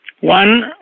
One